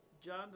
John